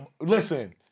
listen